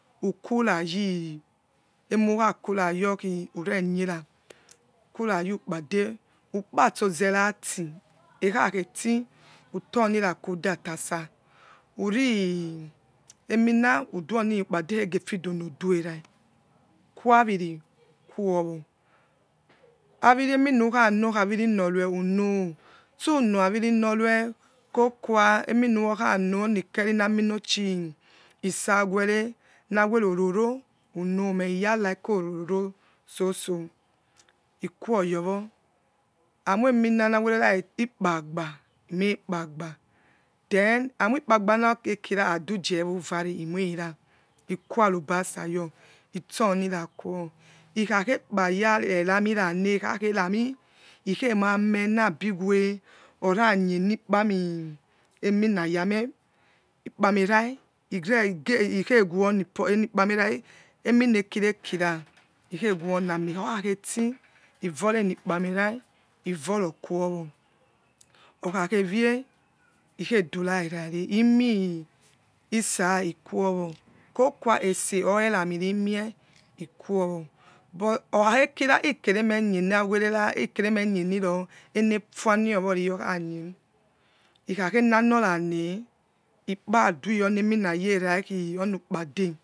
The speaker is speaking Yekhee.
Ukurayi emukhakurayorkhi ureniera kurayi ukpade ukpatso zerati ekha kheti utuning ra qudatisa uri emina uduonukpade kheghefidona dare ereh ukuawiriquowa auriemina kie avirinorue uno stunoavirinoru kokua anikerinaminochi saweh re nawero ororo uno meh i yalike ororo soso ikwoyowo amoi emina nawerera ikpa gba ime ikpagba then amoi ikpagba naduzewo vare umeiera ikuearubasa your ituning ra quo ikhakepa rami rane ekhakherami ikhemameh na bo we oranyenikpami emina ya meh ikpamerah ire igeh wo pot enikpamerah eminekirekira ikhe wona meh okhakhe ti ivorieni kpamerah ivoroquowo okhakhevie ikhedura erareh imi isa iquowo kokuo ese or erami rimie iquowo but or khakhekira ikereme yena werera ikeremenieniro enefua neowo riyokha nie ikhakhe nanora ne ikpadui oni emina yerekhi onu kpade,